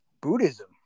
Buddhism